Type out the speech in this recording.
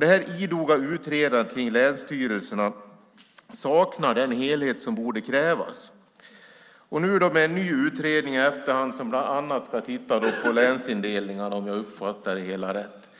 Det här idoga utredandet kring länsstyrelserna saknar den helhet som borde krävas. Med en ny utredning som i efterhand bland annat ska titta på länsindelningarna, om jag uppfattar det hela rätt,